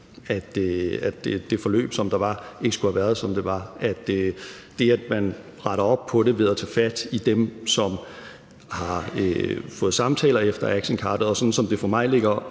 at det forløb, der var, ikke skulle have været, som det var; at man retter op på det ved at tage fat i dem, som har fået samtaler efter actioncardet. Og sådan, som det for mig ligger